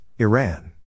Iran